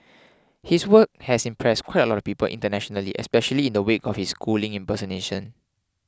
his work has impressed quite a lot of people internationally especially in the wake of his schooling impersonation